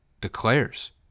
declares